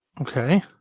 okay